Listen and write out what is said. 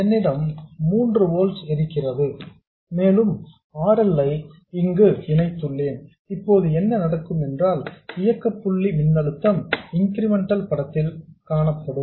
என்னிடம் 3 ஓல்ட்ஸ் இருக்கிறது மேலும் R L ஐ இங்கு இணைத்துள்ளேன் இப்போது என்ன நடக்கும் என்றால் இயக்கப்புள்ளி மின்னழுத்தம் இன்கிரிமெண்டல் படத்தில் காணப்படும்